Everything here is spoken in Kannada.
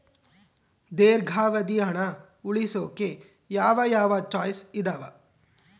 ದೇರ್ಘಾವಧಿ ಹಣ ಉಳಿಸೋಕೆ ಯಾವ ಯಾವ ಚಾಯ್ಸ್ ಇದಾವ?